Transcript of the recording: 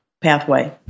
pathway